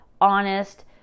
honest